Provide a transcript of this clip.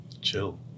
chill